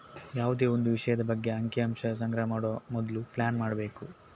ಯಾವುದೇ ಒಂದು ವಿಷಯದ ಬಗ್ಗೆ ಅಂಕಿ ಅಂಶ ಸಂಗ್ರಹ ಮಾಡುವ ಮೊದ್ಲು ಪ್ಲಾನ್ ಮಾಡ್ಬೇಕು